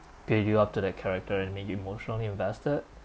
build you up to that character and make you emotionally invested